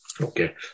Okay